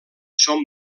són